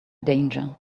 danger